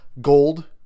gold